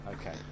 Okay